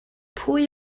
pwy